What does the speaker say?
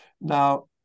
Now